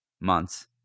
months